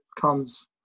comes